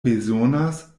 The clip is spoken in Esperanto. bezonas